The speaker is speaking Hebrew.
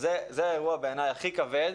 בעיניי, זה האירוע הכי כבד.